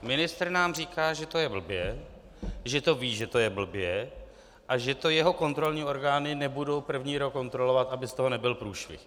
Ministr nám říká, že to je blbě, že to ví, že to je blbě, a že to jeho kontrolní orgány nebudou první rok kontrolovat, aby z toho nebyl průšvih.